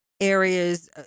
Areas